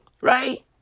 right